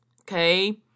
okay